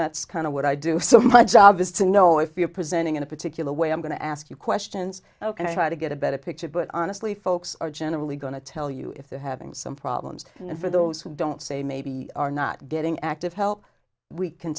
that's kind of what i do so my job is to know if you're presenting in a particular way i'm going to ask you questions ok i try to get a better picture but honestly folks are generally going to tell you if they're having some problems and for those who don't say maybe are not getting active help we can